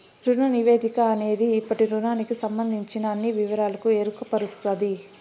రుణ నివేదిక అనేది ఇప్పటి రుణానికి సంబందించిన అన్ని వివరాలకు ఎరుకపరుస్తది